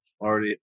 already